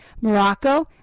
Morocco